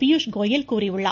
பியூஷ்கோயல் கூறியுள்ளார்